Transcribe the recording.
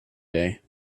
day